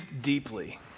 deeply